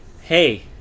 Hey